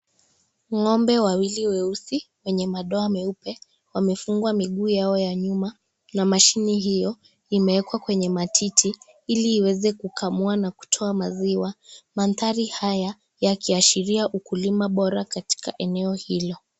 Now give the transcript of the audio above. Ng'ombe wawili weusi, wenye madoa meupe. Wamefungwa miguu yao ya nyuma na mashine hiyo imewekwa kwenye matiti ili iweze kukamua na kutoa maziwa. Mandhari haya yakiashiria ukulima bora katika eneo hilo.